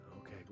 okay